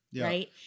right